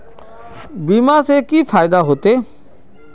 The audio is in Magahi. बीमा से की फायदा होते?